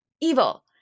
evil